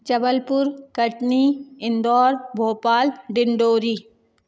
Jabalpur Katni Indore Bhopal Dindori